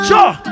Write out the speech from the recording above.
Sure